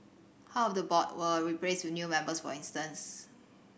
half of the board were replaced with new members for instance